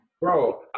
bro